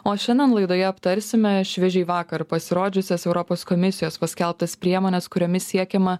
o šiandien laidoje aptarsime šviežiai vakar pasirodžiusias europos komisijos paskelbtas priemones kuriomis siekiama